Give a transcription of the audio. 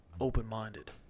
open-minded